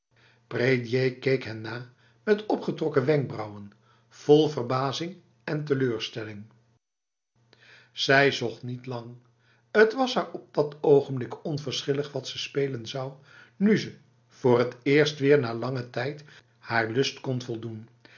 prédier keek hen na met opgetrokken wenkbrauwen vol verbazing en teleurstelling zij zocht niet lang t was haar op dat ogenblik onverschillig wat ze spelen zou nu ze voor het eerst weer na lange tijd haar lust kon voldoen